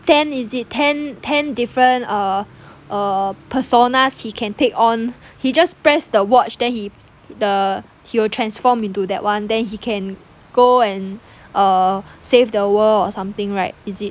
ten is it ten ten different err err personas he can take on he just press the watch then he the he will transform into that [one] then he can go and err save the world or something right is it